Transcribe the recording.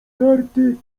karty